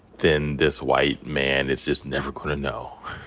then this white man is just never gonna know.